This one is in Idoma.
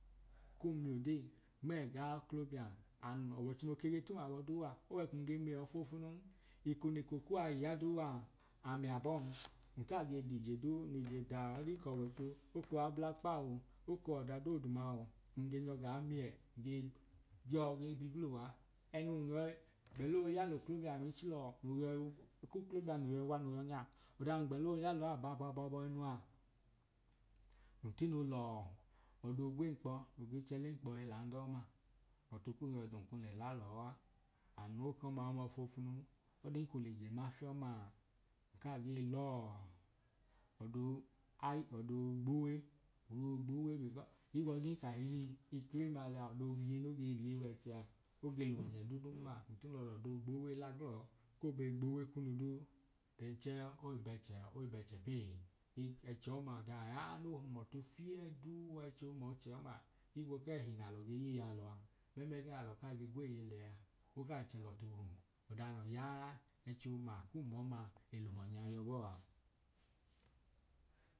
Kum m’odee nm’ẹgaoklobiam an ọwọicho no ke ge tum abọ duu a owẹ kun ge miẹ ofoofunun eko neko kuwa iya duu a ami abọm nkaa ge dije duu nl’ije daa ọdin k’ọwọicho oko w’ablakpa o oko w’ọdadooduma o nge nyọ gaa miẹ ge jọọ ge bi gl’uwa ẹnun yọi gbeloo ya l’oklobiam ichilọ nyọi k’oklobiam no yọi wa no yọnya ọda nun gbẹlo yalọọ abaababọinu a ntino lọọ ọdoo gw’ẹnkpọ noi chẹ l’enkpo hilandọ ọma nọọtu kum yọi dum kum le la lọọa an oke oke w’ọma foofunun olin kun lije ma fiọmaa nkaa ge lọọ ọdoo ọdo gbuwe ọdoo gbuwe becu ohigbọdin kahinii ikohimma liya ọdo wiye no ge wiye w’ẹchẹ a oge lum ọnye dudun ma ntino l’ọdoo gbuuwe la glọọ ko be gbuuwe kunu duu then chẹẹ oi bẹchẹ oi bẹchẹ pee. Ii ẹchi ọmaa ọdan ya no hum ọtu fieduu a ẹchiomọọche ọma higbu kẹhi nalọ ge yiyalọ a mẹmlẹ gẹ nalọ kaa ge gweeye lẹya okai chẹ lọọtu hum ọdan yaa n’ẹchi ọma kum ọma gel um ọnyẹ a yọbọọ a